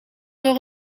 door